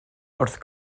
wrth